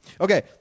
Okay